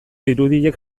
irudiek